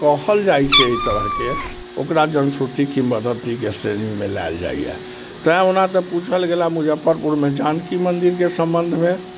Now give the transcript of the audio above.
कहल जाइ छै अइ तरहके ओकरा जनश्रुति किम्वदन्तिके श्रेणीमे लयल जाइए तैं ओना तऽ पूछल गेलए मुजफ्फरपुरमे जानकी मन्दिरके सम्बन्धमे